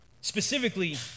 Specifically